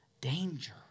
danger